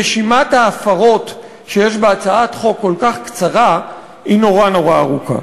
רשימת ההפרות שיש בהצעת חוק כל כך קצרה היא נורא נורא ארוכה,